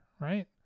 right